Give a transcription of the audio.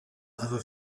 other